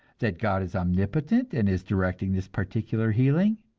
that god is omnipotent and is directing this particular healing,